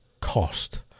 cost